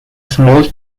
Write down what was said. small